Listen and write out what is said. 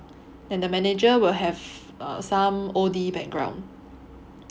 and the manager will have err some O_D background